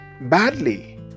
badly